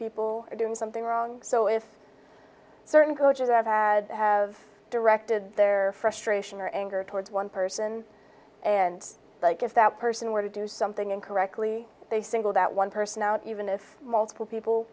people are doing something wrong so if certain coaches have had to have directed their frustration or anger towards one person and like if that person were to do something incorrectly they singled that one person out even if multiple people